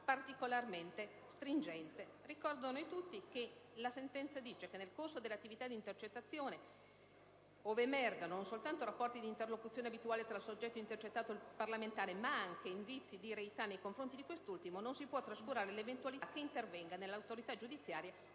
particolarmente stringente». Ricordo a tutti che la sentenza dice che ove «nel corso dell'attività di intercettazione emergano, non soltanto rapporti di interlocuzione abituale tra il soggetto intercettato e il parlamentare, ma anche indizi di reità nei confronti di quest'ultimo, non si può trascurare l'eventualità che intervenga, nell'autorità giudiziaria,